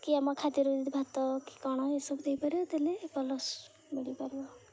କି ଆମ ଖାଦ୍ୟରୁ ଯଦି ଭାତ କି କ'ଣ ଏସବୁ ଦେଇପାରିବା ତା'ହେଲେ ଭଲ ସ ମିଳିପାରିବ